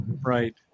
right